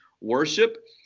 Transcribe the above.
worship